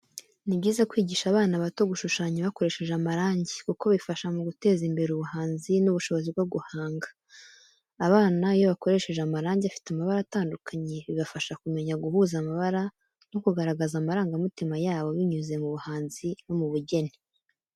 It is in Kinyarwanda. Ni byiza kwigisha abana bato gushushanya bakoresheje amarangi, kuko bifasha mu guteza imbere ubuhanzi n'ubushobozi bwo guhanga. Abana iyo bakoresheje amarangi afite amabara atandukanye, bibafasha kumenya guhuza amabara no kugaragaza amarangamutima yabo binyuze mu buhanzi no mu bugeni.